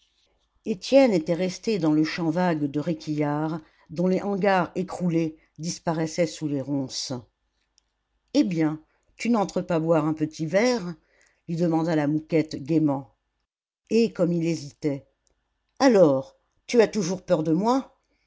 étienne était resté dans le champ vague de réquillart dont les hangars écroulés disparaissaient sous les ronces eh bien tu n'entres pas boire un petit verre lui demanda la mouquette gaiement et comme il hésitait alors tu as toujours peur de moi